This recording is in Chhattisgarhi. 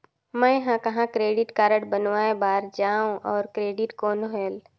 मैं ह कहाँ क्रेडिट कारड बनवाय बार जाओ? और क्रेडिट कौन होएल??